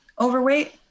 overweight